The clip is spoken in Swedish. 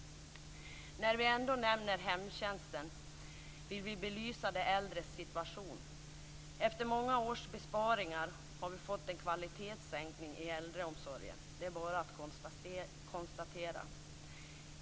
När jag ändå nämner hemtjänsten vill jag belysa de äldres situation. Efter många års besparingar har vi fått en kvalitetssänkning i äldreomsorgen; det är bara att konstatera.